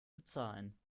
bezahlen